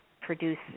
produce